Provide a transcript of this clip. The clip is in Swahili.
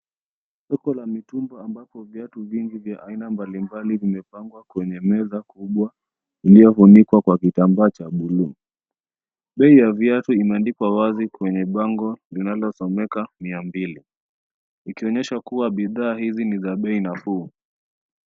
Soko la mitumba ambako viatu vingi vya aina mbali mbali vimepangwa kwenye meza kubwa iliyofunikwa kwa kitambaa cha buluu. Bei ya viatu imeandikwa wazi kwenye bango linalosomeka mia mbili. Ikionyeshwa kuwa bidhaa hizi ni za bei nafuu.